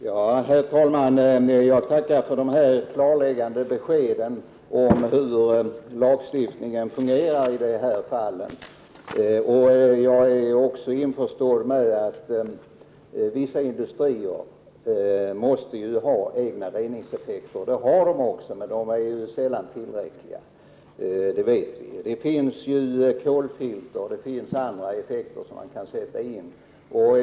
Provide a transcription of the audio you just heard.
Herr talman! Jag tackar för de klarläggande beskeden om hur lagen skall tolkas i dessa fall. Jag är också införstådd med att vissa industrier måste ha en egen reningsanläggning, men vi vet att effekterna av reningen sällan är tillräckliga. Det finns kolfilter och annat som de kan använda sig av.